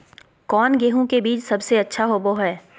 कौन गेंहू के बीज सबेसे अच्छा होबो हाय?